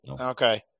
Okay